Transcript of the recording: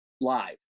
live